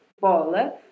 bola